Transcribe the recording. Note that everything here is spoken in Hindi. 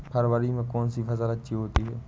फरवरी में कौन सी फ़सल अच्छी होती है?